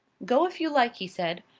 go if you like, he said.